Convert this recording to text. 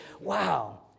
wow